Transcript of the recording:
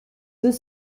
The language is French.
deux